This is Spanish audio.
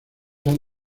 han